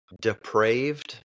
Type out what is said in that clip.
depraved